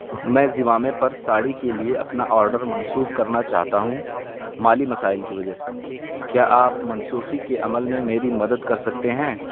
میں زوامے پر ساڑی کے لیے اپنا آرڈر منسوخ کرنا چاہتا ہوں مالی مسائل کی وجہ سے کیا آپ منسوخی کے عمل میں میری مدد کر سکتے ہیں